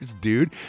dude